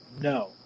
No